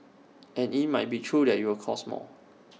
and IT might be true that IT will cost more